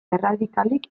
erradikalik